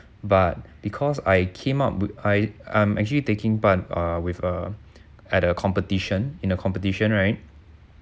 but because I came up with I I'm actually taking part uh with uh at a competition in a competition right